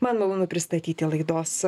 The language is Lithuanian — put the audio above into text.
man malonu pristatyti laidos